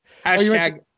Hashtag